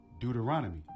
Deuteronomy